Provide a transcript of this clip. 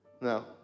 No